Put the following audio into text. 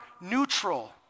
neutral